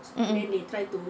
mm mm